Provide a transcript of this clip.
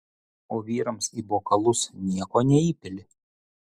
o vyrams į bokalus nieko neįpili